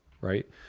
right